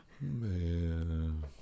Man